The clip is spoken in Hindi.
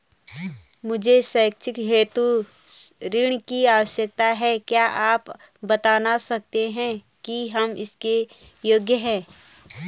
मुझे शैक्षिक हेतु ऋण की आवश्यकता है क्या आप बताना सकते हैं कि हम इसके योग्य हैं?